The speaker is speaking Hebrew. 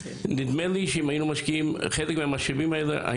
נדמה לי שאם היינו משקיעים חלק מהמשאבים האלה,